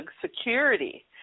security